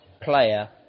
player